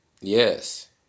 Yes